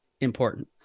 important